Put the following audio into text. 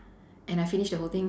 and I finished the whole thing